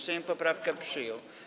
Sejm poprawkę przyjął.